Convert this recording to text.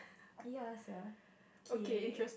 ya sia K